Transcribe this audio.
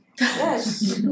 yes